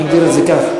בוא נגדיר את זה כך.